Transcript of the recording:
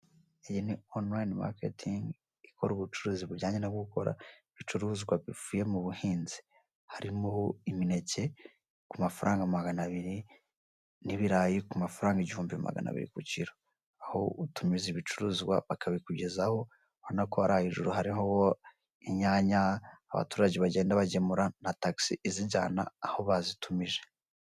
Iyi onuline maketingi ikora ubucuruzi bujyanye no gukora ibicuruzwa bivuye mu buhinzi harimo imineke ku mafaranga magana abiri n'ibirayi ku mafaranga igihumbi magana abiri ku kiro, aho utumiza ibicuruzwa bakabikugezaho, urabona ko ari hejuru hariho inyanya abaturage bagenda bagemura na tagisi izijyana aho bazitumije.